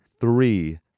three